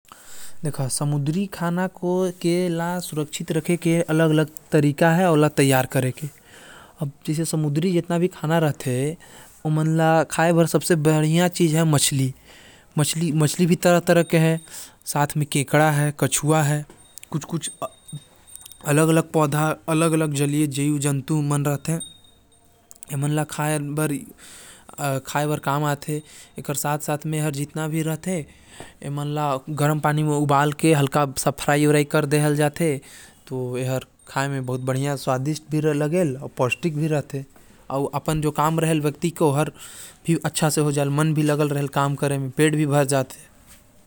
खतरा से बचे बर समुद्री खाना के कोई भी पका के खा सकत है। जेकर से खतरा भी कम हो जाहि अउ पौष्टिक आहार भी मिल जाहि।